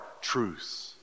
truth